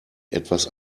etwas